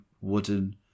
wooden